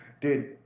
dude